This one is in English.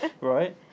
Right